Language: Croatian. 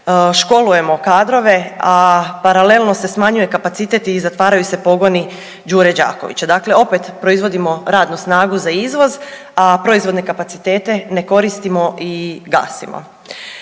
školujemo kadrove, a paralelno se smanjuju kapaciteti i zatvaraju se pogoni Đure Đakovića. Dakle, opet proizvodimo radnu snagu za izvoz, a proizvodne kapacitete ne koristimo i gasimo.